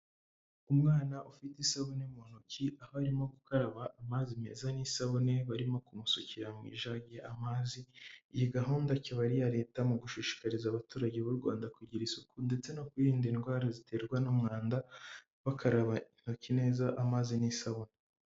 Umwana ufite isabune mu ntoki aba arimo gukaraba amazi meza n'isabune barimo kumusukira mu ijagi amazi, iyi gahunda kiba iya leta mu gushishikariza abaturage b'u Rwanda kugira isuku ndetse no kwirinda indwara ziterwa n'umwanda bakaraba intoki neza amazi n'isabune.